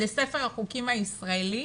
לספר החוקים הישראלי